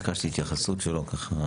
שזה נשאר פחות או יותר אותו דבר,